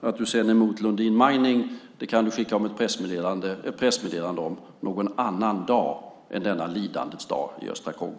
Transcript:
Att du är emot Lundin Mining kan du skicka ett pressmeddelande om någon annan dag än denna lidandets dag i östra Kongo.